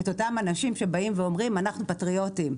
את אותם אנשים שבאים ואומרים 'אנחנו פטריוטים'.